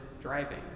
driving